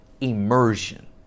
immersion